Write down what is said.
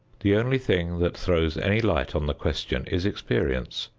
the only thing that throws any light on the question is experience,